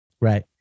right